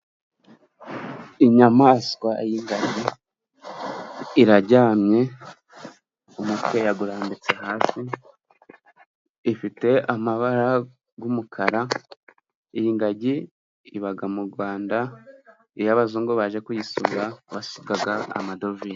Inyamaswa y'ingagi iraryamye umutwe yawurambitse hasi ifite amabara y'umukara, iyi ngagi iba mu Rwanda iyo abazungu baje kuyisura basiga amadovize.